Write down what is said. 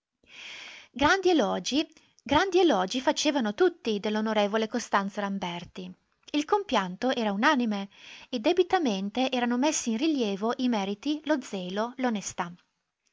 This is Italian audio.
grandi elogi grandi elogi facevano tutti dell'on costanzo ramberti il compianto era unanime e debitamente erano messi in rilievo i meriti lo zelo